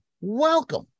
Welcome